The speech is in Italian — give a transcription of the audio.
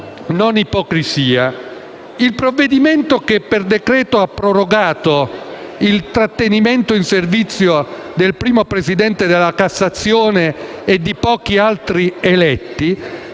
non ipocrisia. Il provvedimento che per decreto ha prorogato il trattenimento in servizio del primo presidente della Cassazione e di pochi altri eletti